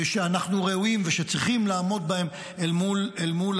שהם ראויים לה ושצריכים לעמוד בה אל מול